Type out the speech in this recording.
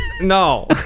no